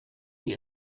die